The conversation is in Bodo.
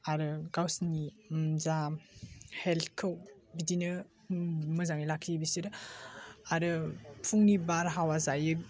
आरो गावसिनि जा हेल्ट खौ बिदिनो मोजाङै लाखियो बिसोरो आरो फुंनि बारहावा जायो